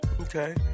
Okay